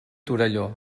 torelló